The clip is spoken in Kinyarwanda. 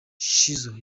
shizzo